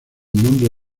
nombre